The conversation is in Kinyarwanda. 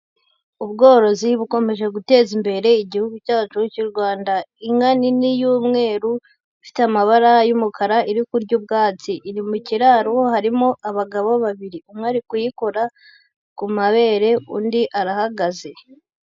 Ubworozi bukomeje guteza imbere Igihugu cyacu cy'u Rwanda, inka nini y'umweru ifite amabara y'umukara iri kurya ubwatsi, iri mu kiraro harimo abagabo babiri, umwe ari kuyikora ku mabere, undi arahagaze.